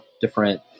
different